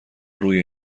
روی